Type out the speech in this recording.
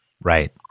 Right